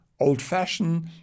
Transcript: old-fashioned